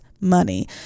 money